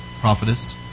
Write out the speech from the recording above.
prophetess